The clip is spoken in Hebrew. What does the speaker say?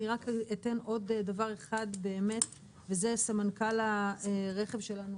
אני רק אתן עוד דבר אחד באמת וזה סמנכ"ל הרכב שלנו,